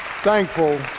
Thankful